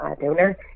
donor